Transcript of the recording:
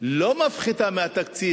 לא מפחיתה מהתקציב,